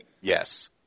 Yes